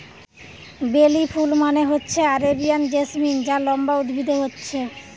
বেলি ফুল মানে হচ্ছে আরেবিয়ান জেসমিন যা লম্বা উদ্ভিদে হচ্ছে